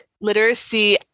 literacy